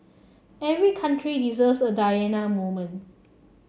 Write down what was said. every country deserves a Diana moment